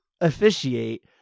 officiate